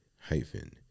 hyphen